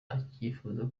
akifuza